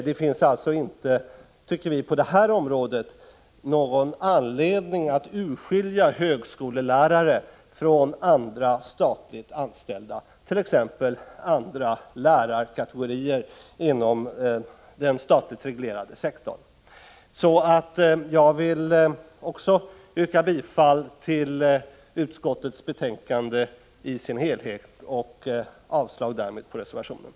Det finns alltså inte, tycker vi, någon anledning att på det här området urskilja högskolelärare från andra statligt anställda, t.ex. andra lärarkategorier inom den statligt reglerade sektorn. Jag vill också yrka bifall till utskottets hemställan i dess helhet och avslag på reservation 2.